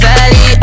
Valley